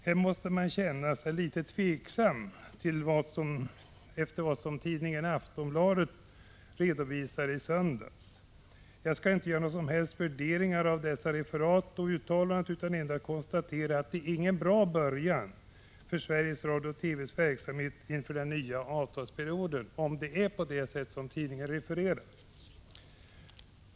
Här måste man ställa sig litet tveksam till det som Prot. 1985 TV:s verksamhet inför den nya avtalsperioden, om det är på det sätt som tidningen refererar.